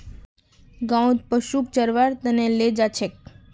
गाँउत पशुक चरव्वार त न ले जा छेक